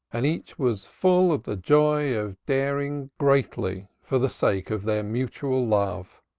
and each was full of the joy of daring greatly for the sake of their mutual love.